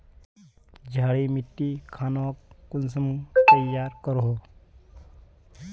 क्षारी मिट्टी खानोक कुंसम तैयार करोहो?